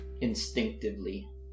Instinctively